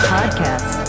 Podcast